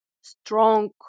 strong